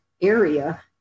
area